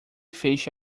feche